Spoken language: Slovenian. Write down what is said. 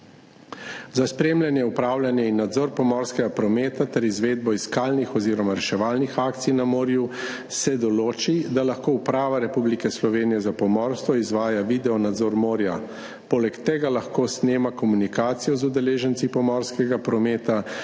Za spremljanje, upravljanje in nadzor pomorskega prometa ter izvedbo iskalnih oziroma reševalnih akcij na morju se določi, da lahko Uprava Republike Slovenije za pomorstvo izvaja videonadzor morja, poleg tega lahko snema komunikacijo z udeleženci pomorskega prometa